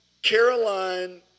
Caroline